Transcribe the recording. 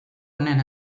honen